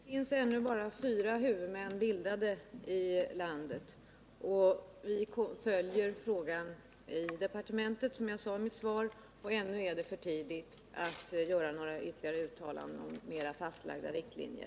Herr talman! Det finns ännu bara fyra huvudmän bildade i landet. Vi följer frågan i departementet, som jag sade i mitt svar, men ännu är det för tidigt att göra några ytterligare uttalanden om mer fastlagda riktlinjer.